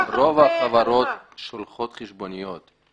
רוב החברות שולחות חשבוניות.